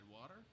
water